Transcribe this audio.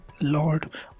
Lord